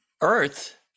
earth